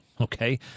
okay